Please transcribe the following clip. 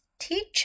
Teacher